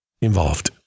involved